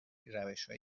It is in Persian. روشهای